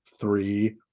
three